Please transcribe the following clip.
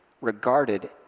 regarded